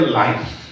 life